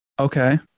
Okay